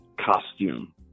costume